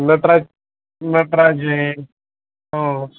नटराज नटराज आहे हो